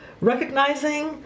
recognizing